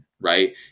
right